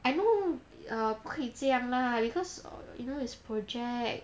I know err 不可以这样 lah because you know it's project